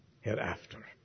hereafter